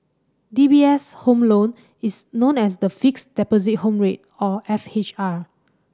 D B S' Home Loan is known as the Fixed Deposit Home Rate or F H R